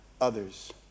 others